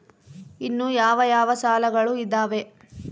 ಇನ್ನು ಯಾವ ಯಾವ ಸಾಲಗಳು ಇದಾವೆ?